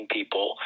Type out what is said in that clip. people